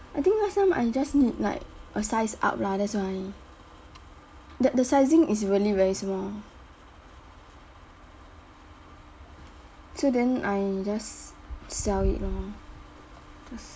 I think last time I just need like a size up lah that's why the the sizing is really very small so then I just sell it lor